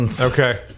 Okay